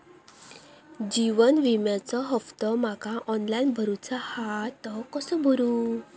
जीवन विम्याचो हफ्तो माका ऑनलाइन भरूचो हा तो कसो भरू?